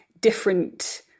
different